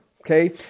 okay